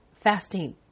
fasting